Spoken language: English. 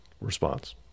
response